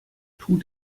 tut